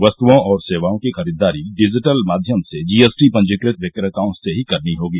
वस्तुओं और सेवाओं की खरीददारी डिजिटल माध्यम से जीएसटी पंजीकृत विक्रेताओं से ही करनी होगी